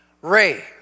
Ray